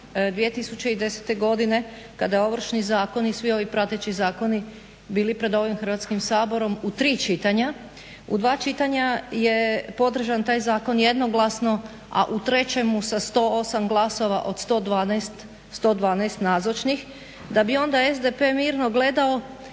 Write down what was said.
2010.godine kada je Ovršni zakon i svi ovi prateći zakon bili pred ovim Hrvatskim saborom u tri čitanja. U dva čitanja je podržan taj zakon jednoglasno, a u trećemu sa 108 glasova od 112 nazočnih da bi onda SDP mirno gledao